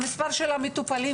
במספר של המטופלים.